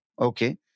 Okay